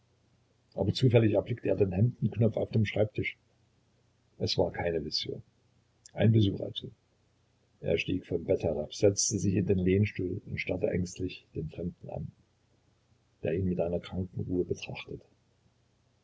aber zufällig erblickte er den hemdenknopf auf dem schreibtisch es war keine vision ein besuch also er stieg vom bett herab setzte sich in den lehnstuhl und starrte ängstlich den fremden an der ihn mit einer kranken ruhe